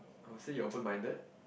I would say you're open minded